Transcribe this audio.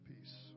peace